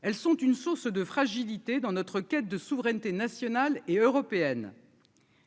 Elles sont une source de fragilité dans notre quête de souveraineté nationale et européenne,